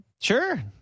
Sure